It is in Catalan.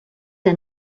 que